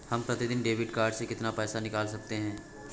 हम प्रतिदिन debit card से कितना पैसा निकाल सकते हैं?